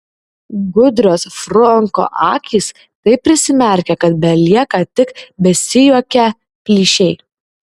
gudrios franko akys taip prisimerkia kad belieka tik besijuokią plyšiai